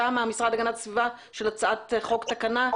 מהמשרד להגנת הסביבה של הצעת חוק או תקנה,